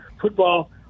football